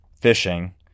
fishing